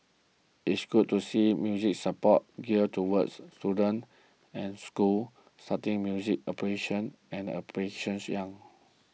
it's good to see music support geared towards students and schools starting music appreciation and application young